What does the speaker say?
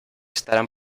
estarán